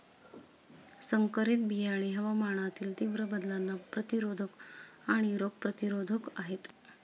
संकरित बियाणे हवामानातील तीव्र बदलांना प्रतिरोधक आणि रोग प्रतिरोधक आहेत